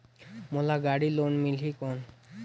मोला गाड़ी लोन मिलही कौन?